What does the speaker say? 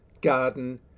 garden